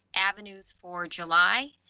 avenues for july.